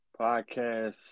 podcast